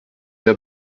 der